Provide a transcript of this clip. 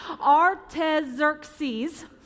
Artaxerxes